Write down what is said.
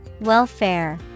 Welfare